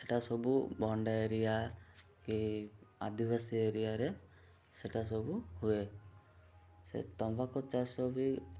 ସେଇଟା ସବୁ ବଣ୍ଡା ଏରିଆ କି ଆଦିବାସୀ ଏରିଆରେ ସେଇଟା ସବୁ ହୁଏ ସେ ତମାଖୁ ଚାଷ ବି